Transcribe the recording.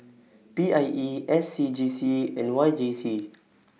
P I E S C G C and Y J C